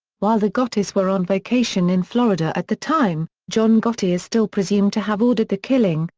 while the gottis were on vacation in florida at the time, john gotti is still presumed to have ordered the killing,